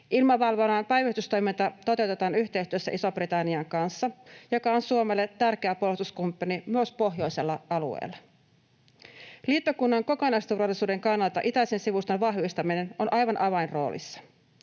Ilmavalvonnan päivystystoiminta toteutetaan yhteistyössä Ison-Britannian kanssa, joka on Suomelle tärkeä puolustuskumppani myös pohjoisella alueella. Liittokunnan kokonaisturvallisuuden kannalta itäisen sivustan vahvistaminen on aivan avainroolissa.